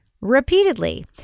repeatedly